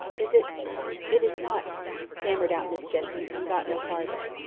is it it is not stammered out miss jessie and got no farther.